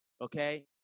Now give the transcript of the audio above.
okay